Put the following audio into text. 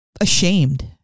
ashamed